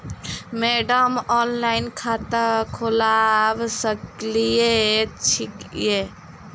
Madam online खाता खोलबा सकलिये छीयै?